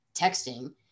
texting